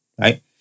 Right